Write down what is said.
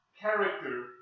character